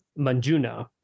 Manjuna